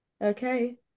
Okay